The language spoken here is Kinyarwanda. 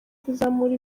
kuzamura